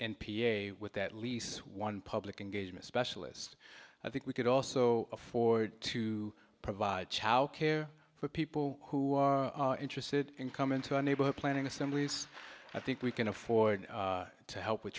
a with at least one public engagement specialist i think we could also afford to provide childcare for people who are interested in coming to our neighborhood planning assemblies i think we can afford to help with